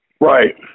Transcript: right